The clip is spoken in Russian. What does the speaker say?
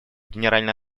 генеральной